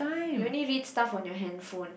you only read stuff on your handphone